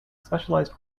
specialized